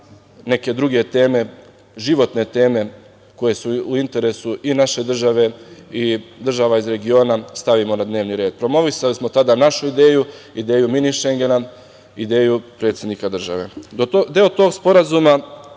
neke druge teme, životne teme koje su interesu i naše države i država iz regiona stavimo na dnevni red. Promovisali smo tada našu ideju, ideju Mini šengena, ideju predsednika države. Deo